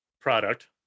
product